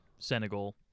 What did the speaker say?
Senegal